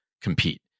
compete